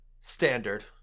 standard